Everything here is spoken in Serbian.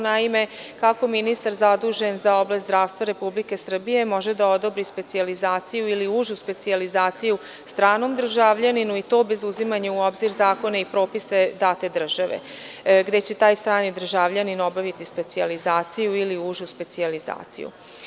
Naime, kako ministar zadužen za oblast zdravstva Republike Srbije može da odobri specijalizaciju ili užu specijalizaciju stranom državljaninu, i to bez uzimanja u obzir zakona i propisa date države gde će taj strani državljanin obavljati specijalizaciju ili užu specijalizaciju?